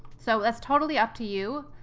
so that's totally up to you.